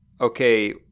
okay